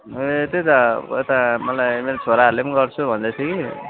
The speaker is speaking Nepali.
ए त्यही त यता मलाई मेरो छोराहरूले पनि गर्छु भन्दै थियो कि